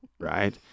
Right